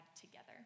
together